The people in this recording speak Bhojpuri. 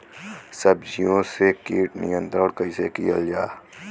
सब्जियों से कीट नियंत्रण कइसे कियल जा?